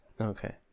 Okay